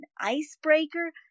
icebreaker